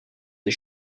des